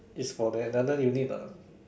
it's for another unit lah